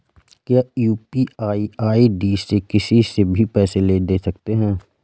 क्या UPI ID से किसी से भी पैसे ले दे सकते हैं?